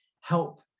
help